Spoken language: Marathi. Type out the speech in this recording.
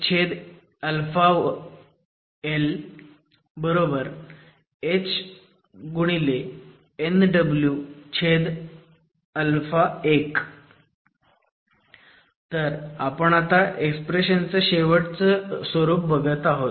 NiHh1Hnw1 तर आपण आता एक्सप्रेशनचं शेवटचं स्वरूप बघत आहोत